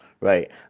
right